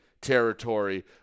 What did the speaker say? territory